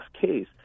case